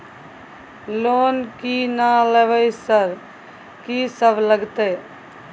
Loan की ना लेबय सर कि सब लगतै?